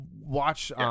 Watch –